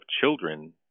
children